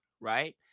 right